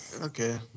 Okay